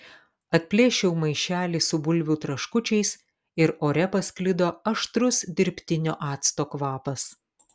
atplėšiau maišelį su bulvių traškučiais ir ore pasklido aštrus dirbtinio acto kvapas